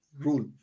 rule